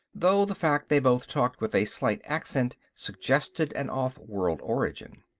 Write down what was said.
though the fact they both talked with a slight accent suggested an off-world origin.